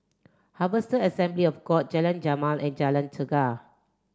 Harvester Assembly of God Jalan Jamal and Jalan Chegar